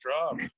job